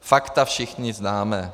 Fakta všichni známe.